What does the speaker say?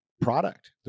product